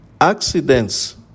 Accidents